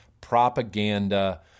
Propaganda